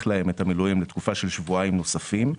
להם את המילואים לתקופה של שבועיים נוספים.